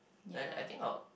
ya